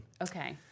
Okay